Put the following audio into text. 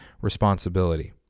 responsibility